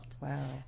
wow